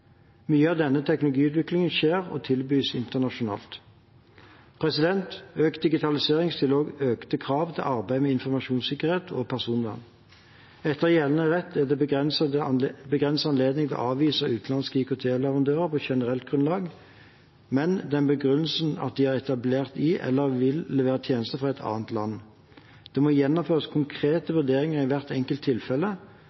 Mye av denne teknologiutviklingen skjer og tilbys internasjonalt. Økt digitalisering stiller også økte krav til arbeid med informasjonssikkerhet og personvern. Etter gjeldende rett er det begrenset anledning til å avvise utenlandske IKT-leverandører på generelt grunnlag, med den begrunnelsen at de er etablert i eller vil levere tjenester for et annet land. Det må gjennomføres konkrete